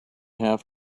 have